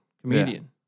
comedian